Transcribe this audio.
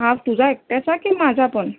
हा तुझा एकट्याचा की माझा पण